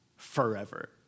Forever